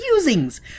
usings